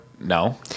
No